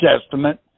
Testament